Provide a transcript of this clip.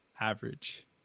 average